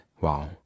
Wow